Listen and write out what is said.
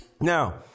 Now